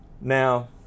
now